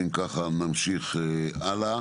אז אם ככה, נמשיך הלאה.